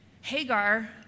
Hagar